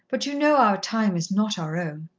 but you know our time is not our own.